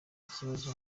ikibazo